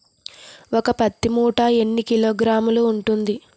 ఒక పత్తి మూట ఎన్ని కిలోగ్రాములు ఉంటుంది?